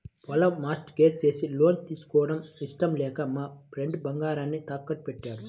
పొలం mortgage చేసి loan తీసుకోవడం ఇష్టం లేక మా ఫ్రెండు బంగారాన్ని తాకట్టుబెట్టాడు